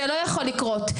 זה לא יכול לקרות.